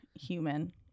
human